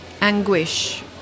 anguish